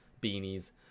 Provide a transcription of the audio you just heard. beanies